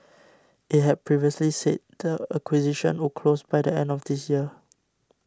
it had previously said the acquisition would close by the end of this year